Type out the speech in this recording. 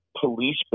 police